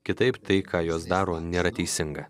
kitaip tai ką jos daro nėra teisinga